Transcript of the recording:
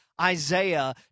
Isaiah